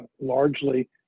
largely